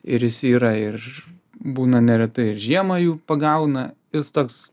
ir jis yra ir būna neretai ir žiemą jų pagauna jis toks